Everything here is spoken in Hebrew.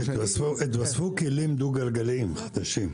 התווספו כלים דו-גלגליים חדשים.